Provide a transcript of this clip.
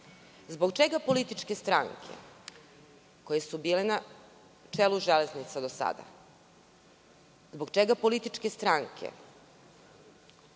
Zbog čega političke stranke koje su bile na čelu Železnica do sada, zbog čega političke stranke